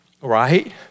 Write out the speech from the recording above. right